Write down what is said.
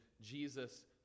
jesus